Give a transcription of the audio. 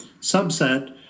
subset